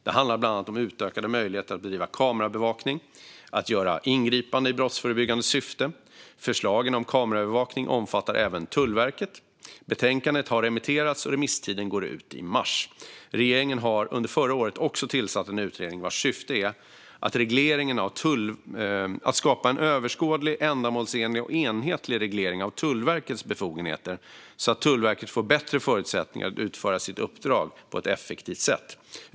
Det handlar bland annat om utökade möjligheter att bedriva kamerabevakning och göra ingripanden i brottsförebyggande syfte. Förslaget om kameraövervakning omfattar även Tullverket. Betänkandet har remitterats, och remisstiden går ut i mars. Regeringen har under förra året också tillsatt en utredning vars syfte är att skapa en överskådlig, ändamålsenlig och enhetlig reglering av Tullverkets befogenheter så att Tullverket får bättre förutsättningar att utföra sitt uppdrag på ett effektivt sätt.